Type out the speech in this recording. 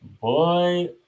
boy